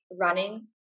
running